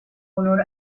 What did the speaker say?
honor